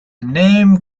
name